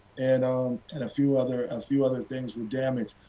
and um and a few other and few other things were damaged.